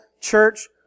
Church